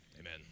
amen